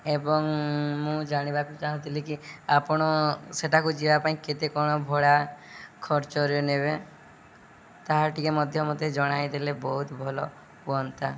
ଏବଂ ମୁଁ ଜାଣିବାକୁ ଚାହୁଁଥିଲି କି ଆପଣ ସେଠାକୁ ଯିବା ପାଇଁ କେତେ କ'ଣ ଭଡ଼ା ଖର୍ଚ୍ଚରେ ନେବେ ତାହା ଟିକିଏ ମଧ୍ୟ ମୋତେ ଜଣାଇଦେଲେ ବହୁତ ଭଲ ହୁଅନ୍ତା